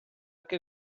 che